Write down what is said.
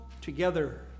together